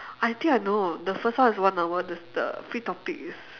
I think I know the first one is one hour the the free topic is